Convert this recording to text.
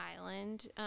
island